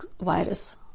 virus